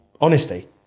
honesty